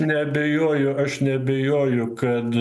neabejoju aš neabejoju kad